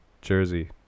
jersey